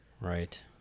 right